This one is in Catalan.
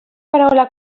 paraula